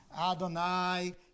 Adonai